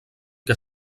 que